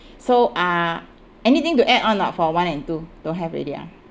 so uh anything to add on or not for one and two don't have already ah